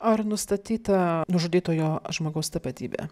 ar nustatyta nužudytojo žmogaus tapatybė